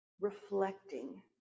reflecting